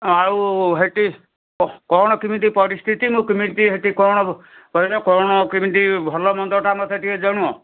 ଆଉ ହେଟି କ'ଣ କେମିତି ପରିସ୍ଥିତି ମୁଁ କେମିତି ହେଟି କ'ଣ କହିଲେ କ'ଣ କେମିତି ଭଲ ମନ୍ଦଟା ମୋତେ ଟିକେ ଜଣ